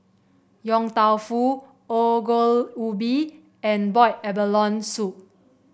Yong Tau Foo Ongol Ubi and Boiled Abalone Soup